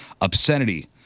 obscenity